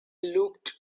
looked